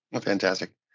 Fantastic